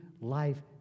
life